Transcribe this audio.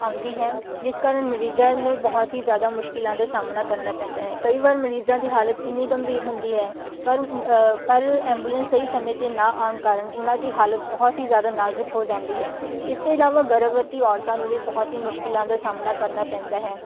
ਆਉਂਦੀ ਹੈ ਜਿਸ ਕਾਰਨ ਮਰੀਜ਼ਾਂ ਨੂੰ ਬਹੁਤ ਹੀ ਜ਼ਿਆਦਾ ਮੁਸ਼ਕਿਲਾਂ ਦਾ ਸਾਹਮਣਾ ਕਰਨਾ ਪੈਂਦਾ ਹੈ ਕਈ ਵਾਰ ਮਰੀਜ਼ਾਂ ਦੀ ਹਾਲਤ ਗੰਭੀਰ ਹੁੰਦੀ ਹੈ ਪਰ ਪਰ ਐਂਬੂਲੈਂਸ ਸਹੀ ਸਮੇਂ 'ਤੇ ਨਾ ਆਉਣ ਕਾਰਨ ਉਹਨਾਂ ਦੀ ਹਾਲਤ ਬਹੁਤ ਹੀ ਜ਼ਿਆਦਾ ਨਾਜ਼ੁਕ ਹੋ ਜਾਂਦੀ ਹੈ ਇਸ ਤੋਂ ਇਲਾਵਾ ਗਰਭਵਤੀ ਔਰਤਾਂ ਨੂੰ ਵੀ ਬਹੁਤ ਹੀ ਮੁਸ਼ਕਿਲਾਂ ਦਾ ਸਾਹਮਣਾ ਕਰਨਾ ਪੈਂਦਾ ਹੈ